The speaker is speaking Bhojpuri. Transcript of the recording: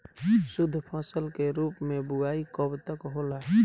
शुद्धफसल के रूप में बुआई कब तक होला?